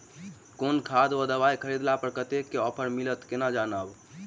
केँ खाद वा दवाई खरीदला पर कतेक केँ ऑफर मिलत केना जानब?